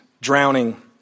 drowning